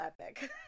epic